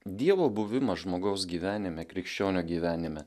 dievo buvimas žmogaus gyvenime krikščionio gyvenime